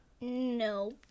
No